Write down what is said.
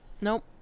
Nope